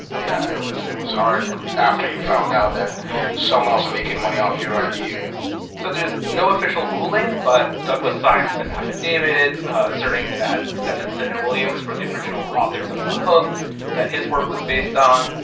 yeah, it was it was hard after you found out that someone else was and making money off your idea so there's no official ruling, but douglas signs an affidavit asserting that stephenson and williams were the original authors of the hook that his work was based on.